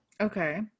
Okay